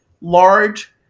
large